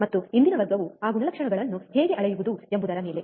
ಮತ್ತು ಇಂದಿನ ವರ್ಗವು ಆ ಗುಣಲಕ್ಷಣಗಳನ್ನು ಹೇಗೆ ಅಳೆಯುವುದು ಎಂಬುದರ ಮೇಲೆ